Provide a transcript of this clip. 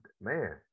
man